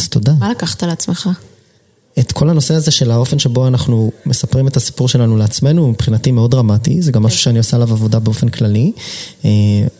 אז תודה. מה לקחת על עצמך? את כל הנושא הזה של האופן שבו אנחנו מספרים את הסיפור שלנו לעצמנו מבחינתי מאוד דרמטי, זה גם משהו שאני עושה עליו עבודה באופן כללי.